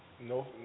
No